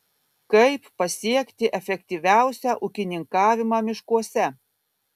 kaip pasiekti efektyviausią ūkininkavimą miškuose